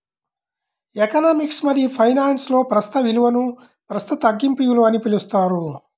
economics మరియుఫైనాన్స్లో, ప్రస్తుత విలువనుప్రస్తుత తగ్గింపు విలువ అని పిలుస్తారు